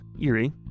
Eerie